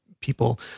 people